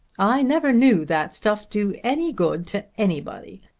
i never knew that stuff do any good to anybody.